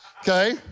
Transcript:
Okay